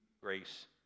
Grace